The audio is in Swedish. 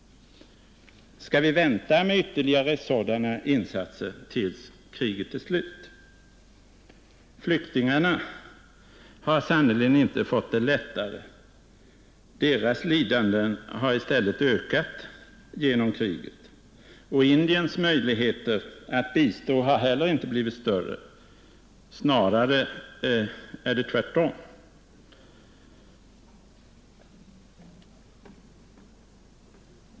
Skall vi vänta med ytterligare sådana insatser tills kriget är slut? Flyktingarna har sannerligen inte fått det lättare. Deras lidanden har i stället ökat genom kriget. Indiens möjligheter att bistå har heller inte blivit större — snarare tvärtom.